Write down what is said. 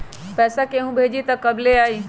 पैसा केहु भेजी त कब ले आई?